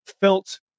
felt